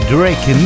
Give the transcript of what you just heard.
Drake